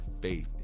faith